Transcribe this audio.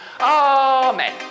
Amen